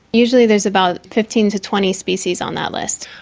usually there's about fifteen to twenty species on that list.